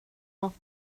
nåt